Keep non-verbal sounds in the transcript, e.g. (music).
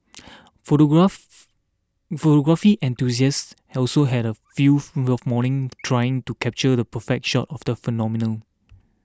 photograph photography enthusiasts are also had a field (unintelligible) morning trying to capture the perfect shot of the phenomenon